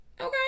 Okay